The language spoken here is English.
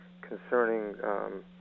concerning